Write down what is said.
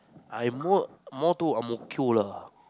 I'm more move to a Moquila